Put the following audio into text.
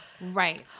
Right